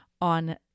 on